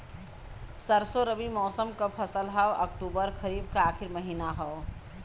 सरसो रबी मौसम क फसल हव अक्टूबर खरीफ क आखिर महीना हव